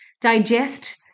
digest